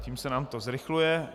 Tím se nám to zrychluje.